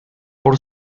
por